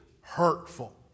hurtful